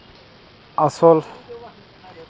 ᱟᱥᱚᱞ